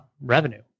revenue